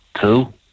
two